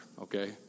okay